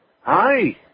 Hi